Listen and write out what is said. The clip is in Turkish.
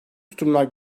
tutumlar